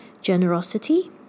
generosity